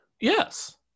Yes